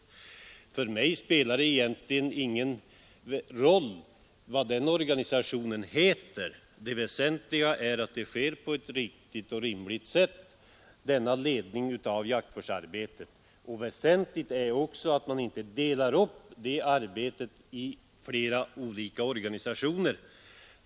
För mig spelar det egentligen ingen roll vad den organisationen heter. Det väsentliga är att ledningen av jaktvårdsarbetet bedrivs på ett riktigt och rimligt sätt. Väsentligt är också att man inte delar upp det arbetet på flera olika organisationer.